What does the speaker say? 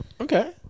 Okay